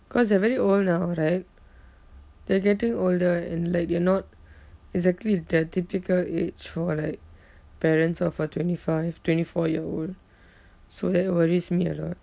cause they're very old now right they're getting older and like they're not exactly the typical age for like parents of a twenty five twenty four year old so that worries me a lot